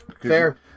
Fair